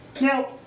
Now